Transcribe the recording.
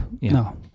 No